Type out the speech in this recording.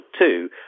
two